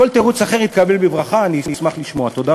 כל תירוץ אחר יתקבל בברכה, אני אשמח לשמוע.